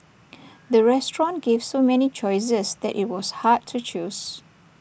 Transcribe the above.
the restaurant gave so many choices that IT was hard to choose